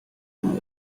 mode